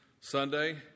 Sunday